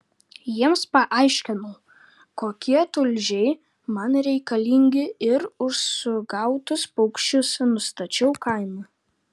jiems paaiškinau kokie tulžiai man reikalingi ir už sugautus paukščius nustačiau kainą